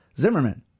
Zimmerman